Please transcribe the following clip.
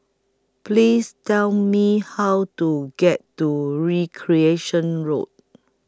Please Tell Me How to get to Recreation Road